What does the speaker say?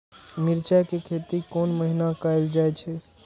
मिरचाय के खेती कोन महीना कायल जाय छै?